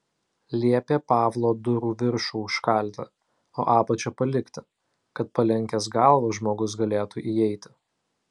liepė pavlo durų viršų užkalti o apačią palikti kad palenkęs galvą žmogus galėtų įeiti